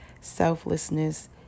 selflessness